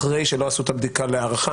אחרי שלא עשו את הבדיקה להארכה.